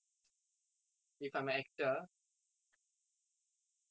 if I'm a actor